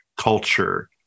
culture